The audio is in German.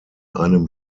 einem